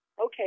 Okay